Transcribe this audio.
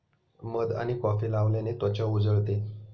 मध आणि कॉफी लावल्याने त्वचा उजळते